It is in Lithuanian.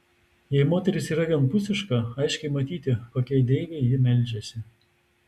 jei moteris yra vienpusiška aiškiai matyti kokiai deivei ji meldžiasi